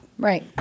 Right